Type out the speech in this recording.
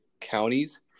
counties